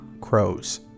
crows